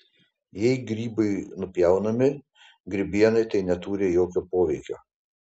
jei grybai nupjaunami grybienai tai neturi jokio poveikio